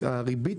הריבית,